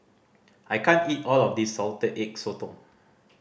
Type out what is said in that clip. I can't eat all of this Salted Egg Sotong